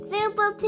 Super